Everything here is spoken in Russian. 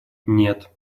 нет